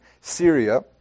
Syria